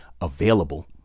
available